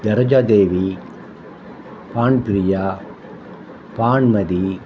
Saroja Devi Bhanupriya Bhanumathi